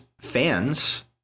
fans